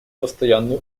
постоянную